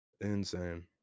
Insane